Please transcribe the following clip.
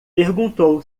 perguntou